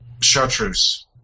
Chartreuse